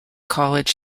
college